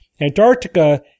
Antarctica